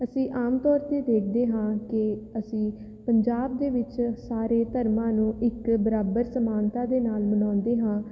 ਅਸੀਂ ਆਮ ਤੌਰ 'ਤੇ ਦੇਖਦੇ ਹਾਂ ਕਿ ਅਸੀਂ ਪੰਜਾਬ ਦੇ ਵਿੱਚ ਸਾਰੇ ਧਰਮਾਂ ਨੂੰ ਇੱਕ ਬਰਾਬਰ ਸਮਾਨਤਾ ਦੇ ਨਾਲ ਮਨਾਉਂਦੇ ਹਾਂ